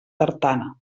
tartana